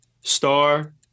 star